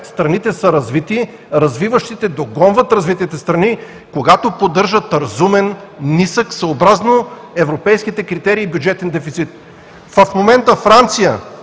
страните са развити, а развиващите догонват развитите страни, когато поддържат разумен, нисък, съобразно европейските критерии бюджетен дефицит. В момента Франция